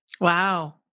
Wow